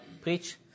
preach